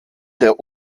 der